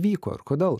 vyko ir kodėl